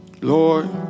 Lord